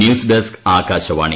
news desk Akashvani